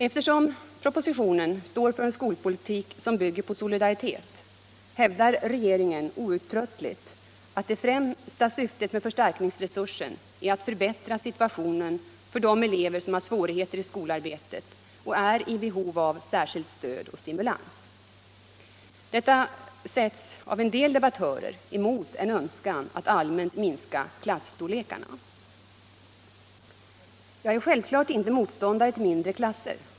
Eftersom propositionen står för en skolpolitik som bygger på solidaritet hävdar regeringen outtröttligt att det främsta syftet med förstärkningsresursen är att förbättra situationen för de elever som har svårigheter i skolarbetet och är i behov av särskilt stöd och stimulans. Detta sätts av en del debattörer emot en önskan att allmänt minska klasstorlekarna. Jag är självklart inte motståndare till mindre klasser.